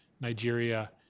Nigeria